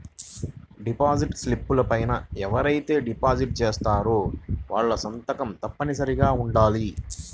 deposit స్లిపుల పైన ఎవరైతే డిపాజిట్ చేశారో వాళ్ళ సంతకం తప్పనిసరిగా ఉండాలి